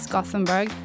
Gothenburg